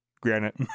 Granite